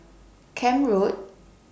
Camp Road